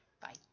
Bye